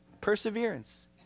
perseverance